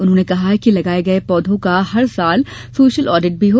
उन्होंने कहा कि लगाये गये पौधों का हर साल सोशल आडिट भी हो